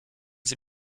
sie